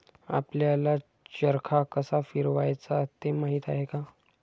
आपल्याला चरखा कसा फिरवायचा ते माहित आहे का?